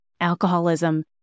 alcoholism